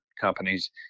companies